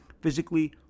physically